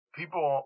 people